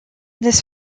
this